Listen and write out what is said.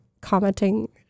commenting